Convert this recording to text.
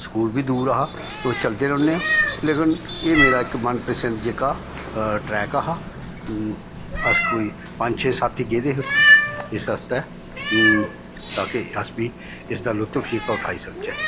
school बी दूर हा तो चलदे रौह्न्ने आं लेकिन एह् मेरा मनपसंद जेह्का ट्रैक हा अस कोई पंज छे साथी गेदे हे उत्थै इस आस्तै ताकि अस बी इसदा लुत्फ जेह्का उठाई सकचै